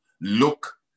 look